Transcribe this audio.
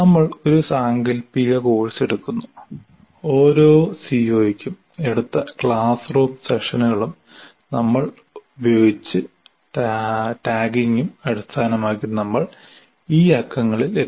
നമ്മൾ ഒരു സാങ്കൽപ്പിക കോഴ്സ് എടുക്കുന്നു ഓരോ സിഒയ്ക്കും എടുത്ത ക്ലാസ് റൂം സെഷനുകളും നമ്മൾ ഉപയോഗിച്ച ടാഗിംഗും അടിസ്ഥാനമാക്കി നമ്മൾ ഈ അക്കങ്ങളിൽ എത്തി